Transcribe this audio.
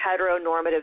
heteronormative